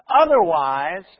Otherwise